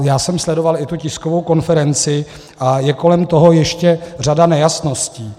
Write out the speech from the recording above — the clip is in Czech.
Já jsem sledoval i tu tiskovou konferenci a je kolem toho ještě řada nejasností.